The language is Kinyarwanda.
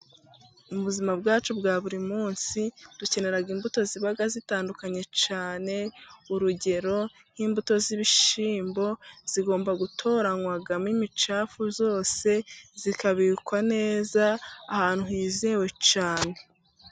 Mu buzima bwacu bwa buri munsi dukenera imbuto ziba zitandukanye cyane urugero: nk'imbuto z'ibishyimbo zigomba gutoranywamo imicafu yose zikabikwa neza ahantu hizewe cyane.